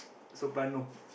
soprano